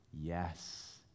yes